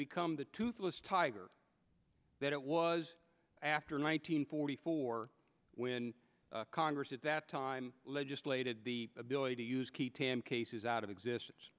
become the toothless tiger that it was after nine hundred forty four when congress at that time legislated the ability to use cases out of existence